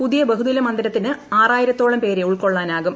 പുതിയ ബഹുനില മന്ദിരത്തിന് ആറായിരത്തോളം പേരെ ഉൾക്കൊള്ളാനാകും